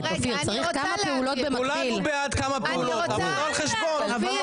כמו למשל שלא